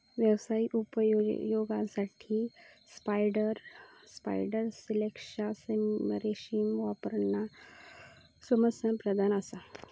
व्यावसायिक उपयोगासाठी स्पायडर सिल्कचा रेशीम वापरणा समस्याप्रधान असा